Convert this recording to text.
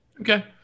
Okay